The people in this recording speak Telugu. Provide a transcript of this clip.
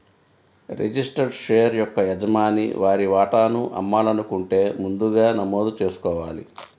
రిజిస్టర్డ్ షేర్ యొక్క యజమాని వారి వాటాను అమ్మాలనుకుంటే ముందుగా నమోదు చేసుకోవాలి